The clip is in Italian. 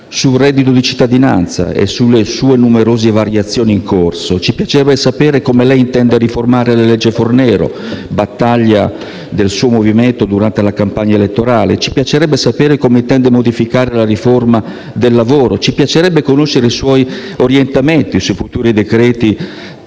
sul reddito di cittadinanza nelle sue numerose variazioni in corso. Ci piacerebbe anche sapere come lei intende riformare la legge Fornero, battaglia del suo Movimento durante la campagna elettorale. Ci piacerebbe sapere come intende modificare la riforma del lavoro. Ci piacerebbe conoscere i suoi orientamenti sui futuri decreti